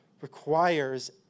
requires